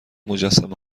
مجسمه